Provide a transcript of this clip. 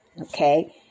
Okay